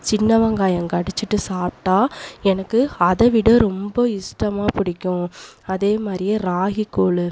சின்ன வெங்காயம் கடிச்சிகிட்டு சாப்பிட்டா எனக்கு அதை விட ரொம்ப இஷ்டமாக பிடிக்கும் அதே மாதிரியே ராகி கூழ்